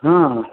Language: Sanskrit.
हा